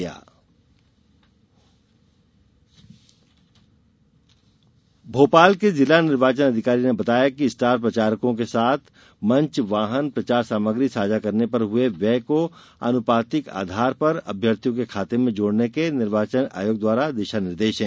निर्वाचन व्यय भोपाल के जिला निर्वाचन अधिकारी ने बताया कि स्टार प्रचारकों के साथ मंच वाहन प्रचार सामग्री साझा करने पर हुए व्यय को अनुपातिक आधार पर अभ्यार्थियों के खाते में जोड़ने के निर्वाचन आयोग द्वारा दिशा निर्देश है